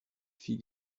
fit